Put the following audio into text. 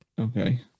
Okay